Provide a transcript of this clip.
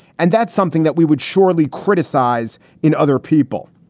and that's something that we would surely criticize in other people.